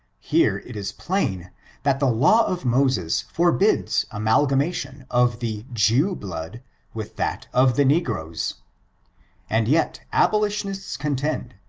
here, it is plain that the law of moses forbids amalgamation of the jew blood with that of the negro's and yet abolitionists contend,